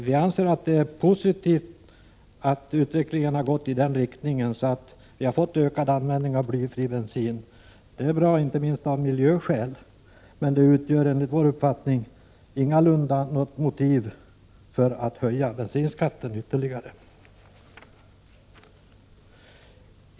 Vi anser att det är positivt att utvecklingen har gått i den riktningen att vi har fått ökad användning av blyfri bensin. Det är bra inte minst av miljöskäl. Men det utgör enligt vår uppfattning ingalunda något motiv för att höja bensinskatten ytterligare.